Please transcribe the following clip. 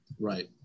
Right